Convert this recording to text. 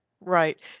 right